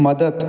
मदत